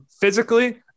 physically